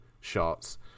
shots